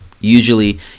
Usually